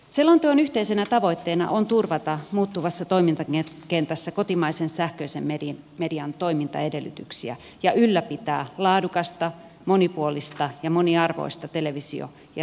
selonteon yhteisenä tavoitteena on turvata muuttuvassa toimintakentässä kotimaisen sähköisen median toimintaedellytyksiä ja ylläpitää laadukasta monipuolista ja moniarvoista televisio ja radiotarjontaa